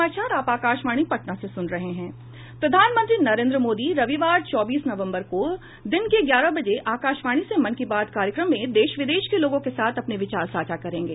प्रधानमंत्री नरेन्द्र मोदी रविवार चौबीस नवम्बर को दिन के ग्यारह बजे आकाशवाणी से मन की बात कार्यक्रम में देश विदेश के लोगों के साथ अपने विचार साझा करेंगे